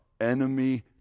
enemy